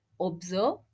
Observe